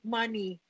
money